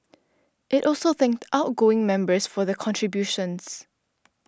it also thanked outgoing members for the contributions